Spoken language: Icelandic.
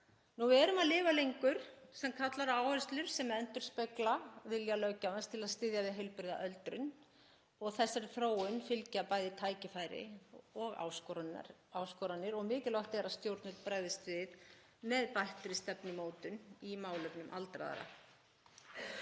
að veruleika. Við lifum lengur og það kallar á áherslur sem endurspegla vilja löggjafans til að styðja við heilbrigða öldrun. Þessari þróun fylgja bæði tækifæri og áskoranir og mikilvægt er að stjórnvöld bregðist við með bættri stefnumótun í málefnum aldraðra.